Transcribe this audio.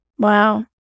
Wow